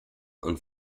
und